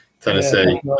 Tennessee